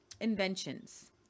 inventions